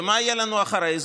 ומה יהיה לנו אחרי זה?